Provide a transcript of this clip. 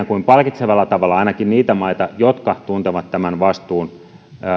kuin palkitsevalla tavalla niitä maita jotka tuntevat tämän vastuun